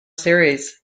series